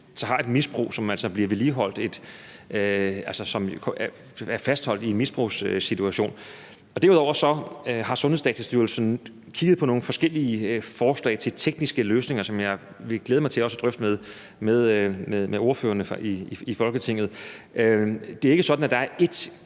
altså som er fastholdt i en misbrugssituation. Og derudover har Sundhedsdatastyrelsen kigget på nogle forskellige forslag til tekniske løsninger, som jeg vil glæde mig til også at drøfte med ordførerne i Folketinget. Det er ikke sådan, at der er ét